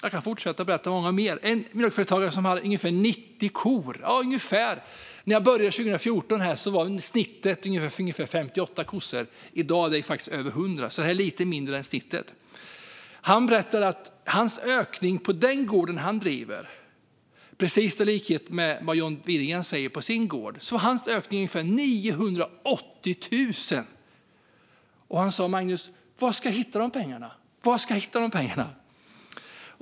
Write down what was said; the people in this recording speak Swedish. Jag kan fortsätta att berätta om ytterligare en mjölkföretagare som har omkring 90 kor. När han började 2014 var snittet ungefär 58 kossor. I dag är det faktiskt över 100. Så han ligger lite under snittet. Han berättade, precis som John Widegren berättade om sin gård, att hans ökade kostnader på den gård som han driver var ungefär 980 000 kronor. Han sa: Magnus, var ska jag hitta dessa pengar?